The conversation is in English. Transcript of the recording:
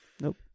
nope